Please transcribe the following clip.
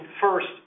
first